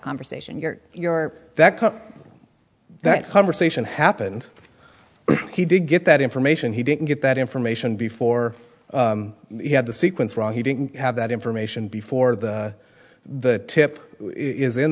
conversation your your that that conversation happened but he did get that information he didn't get that information before he had the sequence wrong he didn't have that information before the tip is in